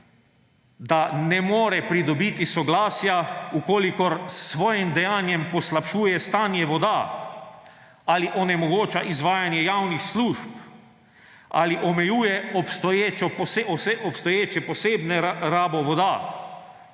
da ne more pridobiti soglasja, če s svojim dejanjem poslabšuje stanje voda, ali onemogoča izvajanje javnih služb, ali omejuje obstoječe posebne rabe voda,